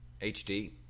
HD